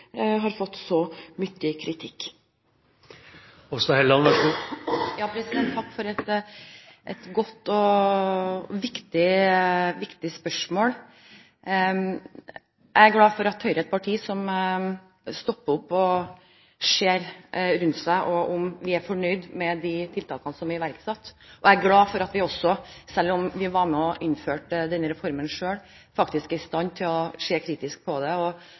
har fått så mye kritikk. Takk for et godt og viktig spørsmål. Jeg er glad for at Høyre er et parti som stopper opp og ser rundt seg – om vi er fornøyd med de tiltakene som er iverksatt. Jeg er glad for at vi også, selv om vi var med og innførte denne reformen selv, faktisk er i stand til å se kritisk på den og stoppe opp og spørre: Er dette riktig måte å organisere barnevernet på? Det